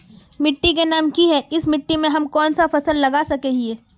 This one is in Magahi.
मिट्टी के नाम की है इस मिट्टी में हम कोन सा फसल लगा सके हिय?